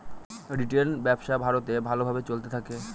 retail ব্যবসা ভারতে ভালো ভাবে চলতে থাকে